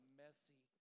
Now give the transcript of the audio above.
messy